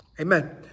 Amen